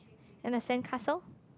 and a sand castle